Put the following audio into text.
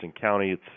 County